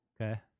Okay